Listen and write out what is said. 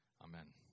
Amen